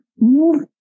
move